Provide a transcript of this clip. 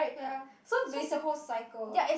ya so is a whole cycle